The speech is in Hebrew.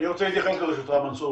ונכונה ומתקדמת, שאו ברכה.